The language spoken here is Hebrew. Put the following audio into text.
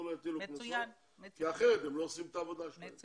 לא כי אחרת הם לא עושים את העבודה שלהם.